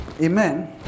Amen